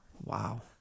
Wow